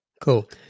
cool